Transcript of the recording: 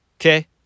okay